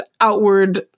outward